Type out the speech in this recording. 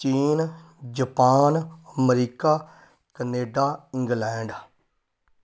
ਚੀਨ ਜਪਾਨ ਅਮਰੀਕਾ Canada England